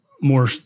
more